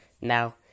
now